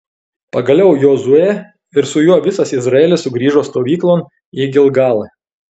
pagaliau jozuė ir su juo visas izraelis sugrįžo stovyklon į gilgalą